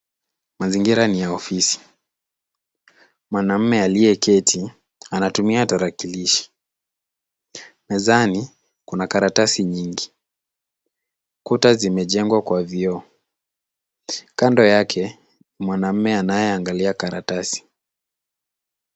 Mazingira ni ya ofisi. Mwanaume aliyeketi anatumia tarakilishi. Mezani kuna karatasi nyingi. Kuta zimejengwa kwa vioo. Kando yake, mwanaume anayeangalia karatasi.